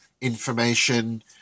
information